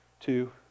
two